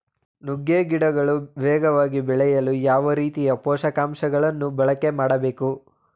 ನುಗ್ಗೆ ಗಿಡಗಳು ವೇಗವಾಗಿ ಬೆಳೆಯಲು ಯಾವ ರೀತಿಯ ಪೋಷಕಾಂಶಗಳನ್ನು ಬಳಕೆ ಮಾಡಬೇಕು?